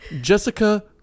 jessica